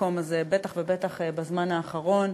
במקום הזה, בטח ובטח בזמן האחרון,